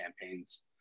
campaigns